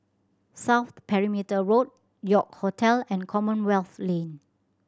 South Perimeter Road York Hotel and Commonwealth Lane